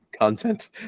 content